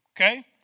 okay